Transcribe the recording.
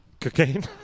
Cocaine